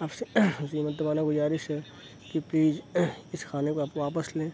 آپ سے اسی مؤدبانہ گذارش ہے کہ پلیج اس کھانے کو آپ واپس لیں